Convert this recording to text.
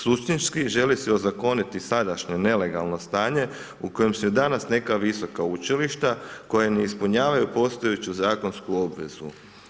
Suštinski želi se ozakoniti sadašnje nelegalno stanje u kojem su i danas neka visoka učilišta koja ne ispunjavaju postojeću zakonsku obvezu.